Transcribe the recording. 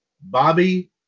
Bobby